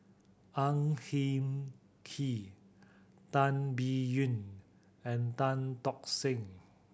Ang Hin Kee Tan Biyun and Tan Tock Seng